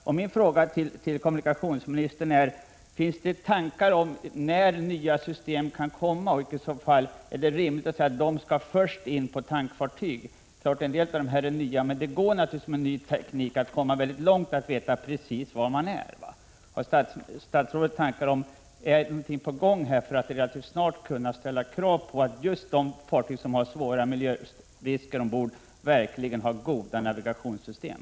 Min extra fråga till kommunikationsministern är: Finns det tankar om när nya system kan komma, och är det i så fall rimligt att säga att de skall först in på tankfartyg? Det går i framtiden med ny teknik att komma väldigt långt i fråga om att veta precis var man är. Är det någonting på gång här för att man relativt snart skall kunna ställa krav på att just de fartyg som har svåra miljörisker ombord verkligen har goda navigationssystem?